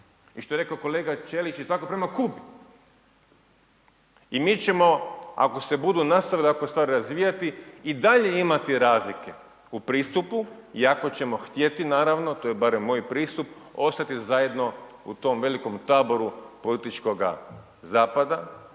I što je rekao kolega Ćelić i tako prema Kubi. I mi ćemo ako se budu nastavile ovako stvari razvijati i dalje imati razlike u pristupu. I ako ćemo htjeti naravno, to je barem moj pristup ostati zajedno u tom velikom taboru političkoga zapada